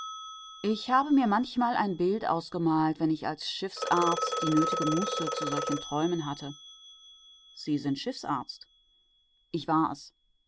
ich habe mir manchmal ein bild ausgemalt wenn ich als schiffsarzt die nötige muße zu solchen träumen hatte sie sind schiffsarzt ich war es